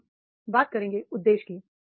अब हम बात करेंगे उद्देश्य की